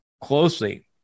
closely